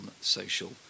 social